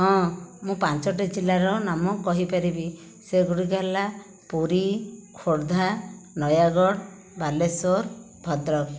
ହଁ ମୁଁ ପାଞ୍ଚଟି ଜିଲ୍ଲାର ନାମ କହିପାରିବି ସେଗୁଡ଼ିକ ହେଲା ପୁରୀ ଖୋର୍ଦ୍ଧା ନୟାଗଡ଼ ବାଲେଶ୍ଵର ଭଦ୍ରକ